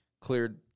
cleared